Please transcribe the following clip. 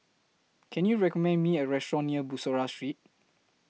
Can YOU recommend Me A Restaurant near Bussorah Street